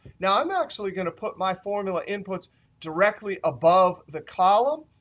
now, i'm actually going to put my formula inputs directly above the column.